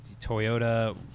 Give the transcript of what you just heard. Toyota